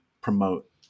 promote